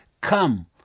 Come